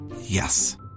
Yes